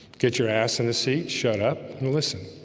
get your ass in the seat. shut up and listen